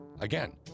Again